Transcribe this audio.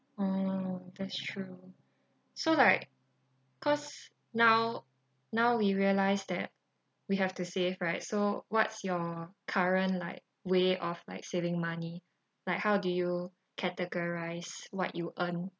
mm that's true so like cause now now we realise that we have to save right so what's your current like way of like saving money like how do you categorise what you earn